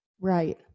Right